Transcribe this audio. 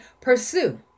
pursue